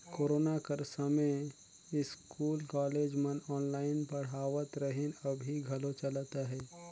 corona कर समें school, college मन ऑनलाईन पढ़ावत रहिन, अभीं घलो चलत अहे